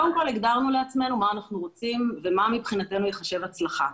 קודם כל הגדרנו לעצמנו מה אנחנו רוצים ומה מבחינתנו ייחשב הצלחה.